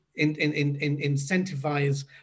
incentivize